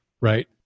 Right